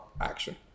action